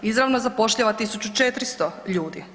Izravno zapošljava 1400 ljudi.